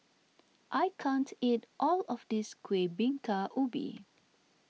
I can't eat all of this Kueh Bingka Ubi